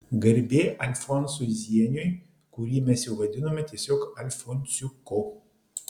garbė alfonsui zieniui kurį mes jau vadinome tiesiog alfonsiuku